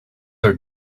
are